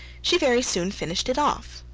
she very soon finished it off.